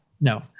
no